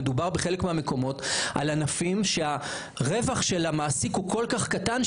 בכל מהמקומות מדובר בענפים שהרווח של המעסיק הוא כל כך קטן,